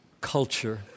culture